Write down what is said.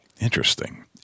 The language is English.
Interesting